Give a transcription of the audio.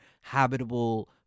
habitable